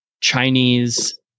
Chinese